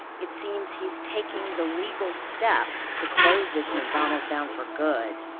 it seems he's taking the legal steps to close this mcdonald's down for good